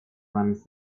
runs